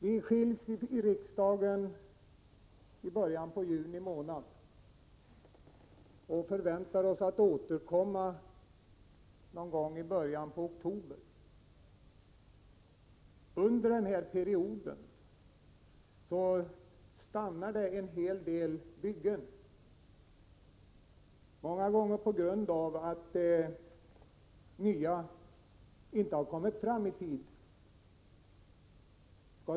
Vi skiljs i riksdagen i början av juni och förväntar oss att återkomma någon gång i början av oktober. Under den här perioden stannar en hel del byggen, många av dem på grund av att nya inte har kunnat påbörjas i tid.